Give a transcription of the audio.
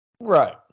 Right